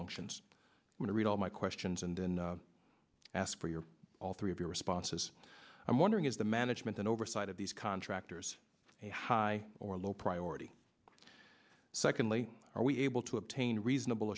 functions going to read all my questions and then ask for your all three of your responses i'm wondering is the management and oversight of these contractors a high or low priority secondly are we able to obtain reasonable